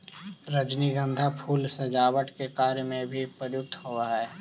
रजनीगंधा फूल सजावट के कार्य में भी प्रयुक्त होवऽ हइ